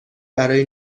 برای